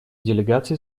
делегации